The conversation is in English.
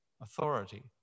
authority